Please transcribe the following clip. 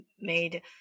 made